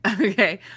Okay